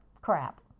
crap